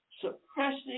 Suppressing